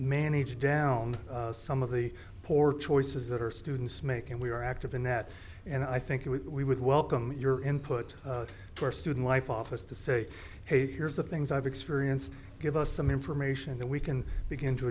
manage down some of the poor choices that are students make and we are active in that and i think it we would welcome your input for student life office to say hey here's the things i've experienced give us some information that we can begin to